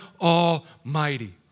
Almighty